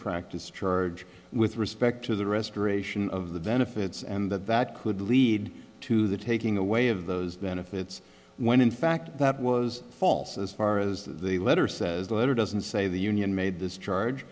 practice charge with respect to the restoration of the benefits and that that could lead to the taking away of those then if it's when in fact that was false as far as the letter says the letter doesn't say the union made this charge